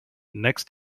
next